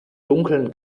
dunkeln